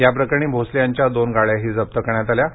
या प्रकरणी भोसले यांच्या दोन गाड्याही जप्त करण्यात आल्या आहेत